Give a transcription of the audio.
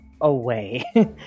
away